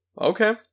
Okay